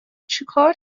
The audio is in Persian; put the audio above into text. چیکار